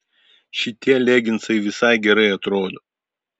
šitie leginsai visai gerai atrodo